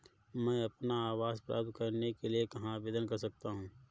मैं अपना आवास प्राप्त करने के लिए कहाँ आवेदन कर सकता हूँ?